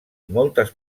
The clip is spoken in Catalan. moltes